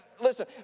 Listen